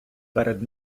перед